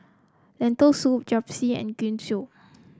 Lentil Soup Japchae and Gyoza